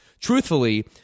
Truthfully